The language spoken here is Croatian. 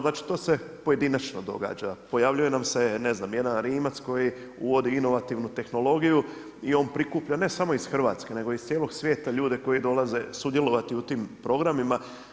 Znači, to se pojedinačno događa, pojavljuje nam se jedan Rimac koji uvodi inovativnu tehnologiju i on prikuplja ne samo iz Hrvatske nego iz cijelog svijeta ljude koji dolaze sudjelovati u tim programima.